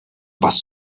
was